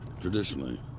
traditionally